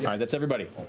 yeah that's everybody.